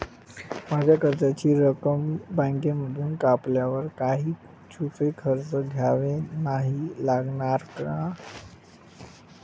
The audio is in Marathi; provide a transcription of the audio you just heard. माझ्या कर्जाची रक्कम बँकेमधून कापल्यावर काही छुपे खर्च द्यावे नाही लागणार ना?